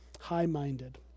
high-minded